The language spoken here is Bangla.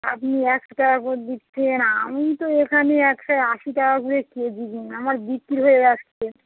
আপনি একশো টাকা করে দিচ্ছেন আমিই তো এখানে একশো আশি টাকা করে কেজি আমার বিক্রি হয়ে যাচ্ছে